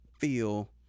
feel